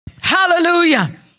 Hallelujah